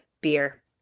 beer